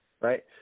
right